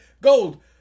gold